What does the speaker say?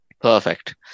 Perfect